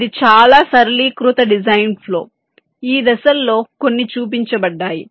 ఇది చాలా సరళీకృత డిజైన్ ఫ్లో ఈ దశల్లో కొన్ని చూపించబడ్డాయి